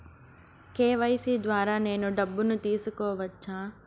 KYC ద్వారా నేను డబ్బును తీసుకోవచ్చా?